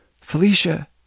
Felicia